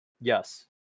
Yes